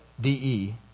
D-E